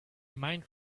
mind